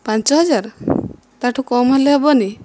ପାଞ୍ଚ ହଜାର ତାଠୁ କମ ହେଲେ ହବନି